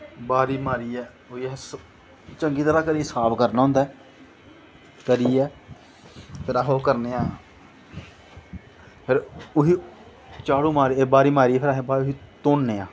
ब्हारी मारियै उंदी असैं चंगी तराह् साफ करनां होंदा ऐ करियै फिर अस ओह् करनें फिर उसा ब्हारी मारियै उसी धोनें आं